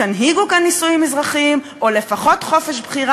כחילוני או חילונית, יכולה לבחור להיות יהודי,